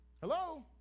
hello